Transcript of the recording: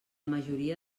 majoria